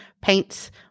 paints